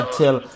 tell